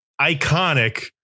Iconic